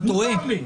אתה טועה.